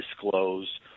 disclose